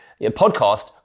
podcast